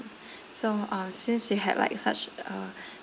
so uh since you had like such a